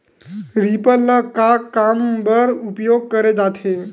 Reaper ल का काम बर उपयोग करे जाथे?